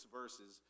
verses